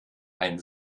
ein